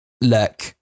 look